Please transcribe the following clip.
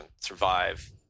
survive